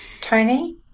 Tony